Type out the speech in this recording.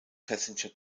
passenger